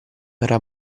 era